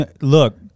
Look